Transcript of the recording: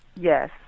Yes